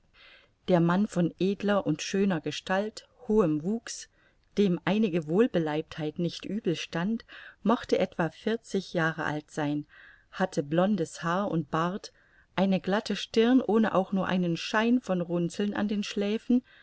der mann von edler und schöner gestalt hohem wuchs dem einige wohlbeleibtheit nicht übel stand mochte etwa vierzig jahre alt sein hatte blondes haar und bart eine glatte stirn ohne auch nur einen schein von runzeln an den schläfen